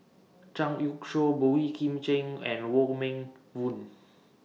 Zhang Youshuo Boey Kim Cheng and Wong Meng Voon